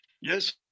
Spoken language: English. Yes